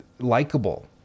likable